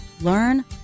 Learn